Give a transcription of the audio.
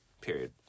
Period